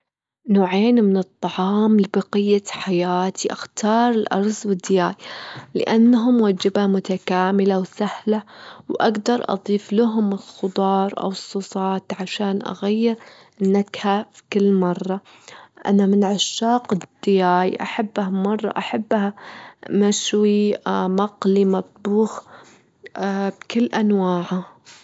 نوعين من الطعام لبقية حياتي، أختار الأرز والدياي، لأنهم وجبة متكاملة وسهلة، وأجدر أضيف لهم الخضار أوالصوصات عشان أغير النكهة كل مرة، أنا من عشاق الدياي، أحبه مرة، أحبه مشوي، مقلي، مطبوخ، بكل أنواعه.